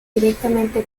directamente